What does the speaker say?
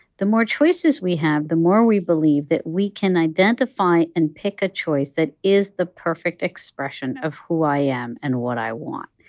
the more choices we have, the more we believe that we can identify and pick a choice that is the perfect expression of who i am and what i want.